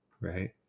right